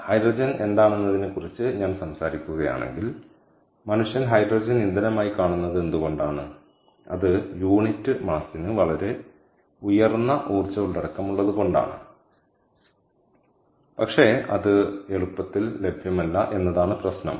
hydrogen എന്താണെന്നതിനെക്കുറിച്ച് ഞാൻ സംസാരിക്കുകയാണെങ്കിൽ മനുഷ്യൻ ഹൈഡ്രജൻ ഇന്ധനമായി കാണുന്നത് എന്തുകൊണ്ടാണ് അത് യൂണിറ്റ് പിണ്ഡത്തിന് വളരെ ഉയർന്ന ഊർജ്ജ ഉള്ളടക്കം ഉള്ളതുകൊണ്ടാണ് പക്ഷേ അത് എളുപ്പത്തിൽ ലഭ്യമല്ല എന്നതാണ് പ്രശ്നം